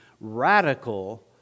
radical